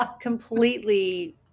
completely